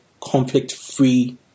conflict-free